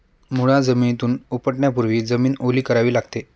मुळा जमिनीतून उपटण्यापूर्वी जमीन ओली करावी लागते